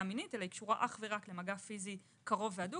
מינית אלא קשורה אך ורק למגע פיזי קרוב והדוק,